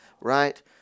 right